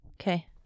Okay